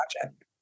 project